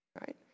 right